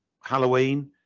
Halloween